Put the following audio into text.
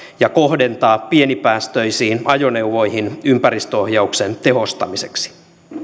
ja kohdentaa pienipäästöisiin ajoneuvoihin ympäristöohjauksen tehostamiseksi